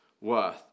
worth